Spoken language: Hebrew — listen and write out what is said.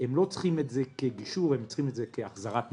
הם לא צריכים את זה כגישור אלא כהחזרת מלאים,